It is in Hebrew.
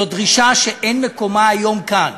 זו דרישה שאין מקומה היום כאן.